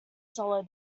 solid